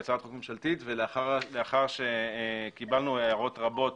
היא הצעת חוק ממשלתית ולאחר שקיבלנו הערות רבות,